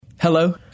Hello